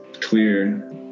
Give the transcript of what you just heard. clear